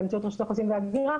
באמצעות רשות האוכלוסין וההגירה,